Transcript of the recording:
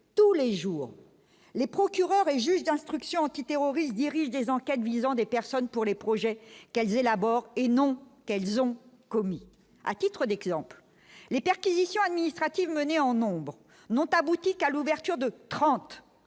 tous les jours, les procureurs et juges d'instruction antiterroristes dirige des enquêtes visant des personnes pour les projets qu'elles élaborent et non qu'elles ont commis à titre des clans, les perquisitions administratives menées en nombre n'ont abouti qu'à l'ouverture de 30